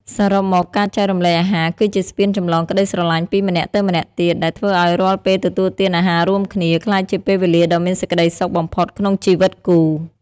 សរុបមក ការចែករំលែកអាហារគឺជាស្ពានចម្លងក្ដីស្រឡាញ់ពីម្នាក់ទៅម្នាក់ទៀត ដែលធ្វើឱ្យរាល់ពេលទទួលទានអាហាររួមគ្នា ក្លាយជាពេលវេលាដ៏មានសេចក្ដីសុខបំផុតក្នុងជីវិតគូ។